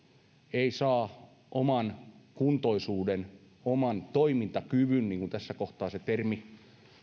ei saa oman kuntoisuuden oman toimintakyvyn niin kuin tässä kohtaa se termi